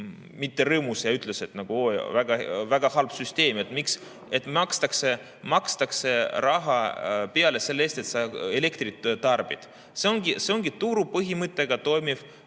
mitte rõõmus olnud ja öelnud, et väga halb süsteem, miks makstakse raha peale selle eest, et sa elektrit tarbid. See ongi turupõhimõttega toimiv